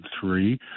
three